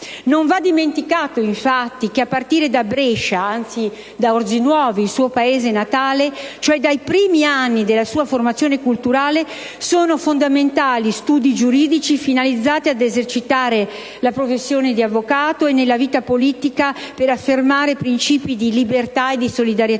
Non va dimenticato, infatti, che a partire da Brescia, anzi da Orzinuovi, suo paese natale, cioè dai primi anni della sua formazione culturale, sono fondamentali gli studi giuridici finalizzati ad esercitare la professione di avvocato e, nella vita politica, ad affermare i principi fondamentali di libertà e di solidarietà